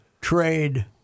trade